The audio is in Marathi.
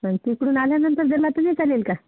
आणि तिकडून आल्यानंतर दिला तर नाही चालेल का